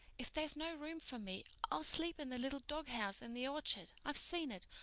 if there's no room for me i'll sleep in the little doghouse in the orchard i've seen it.